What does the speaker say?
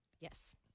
Yes